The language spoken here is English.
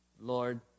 Lord